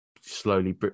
slowly